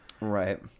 right